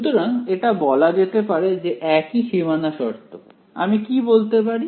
সুতরাং এটি বলা যেতে পারে যে একই সীমানা শর্ত আমি কি বলতে পারি